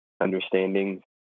understanding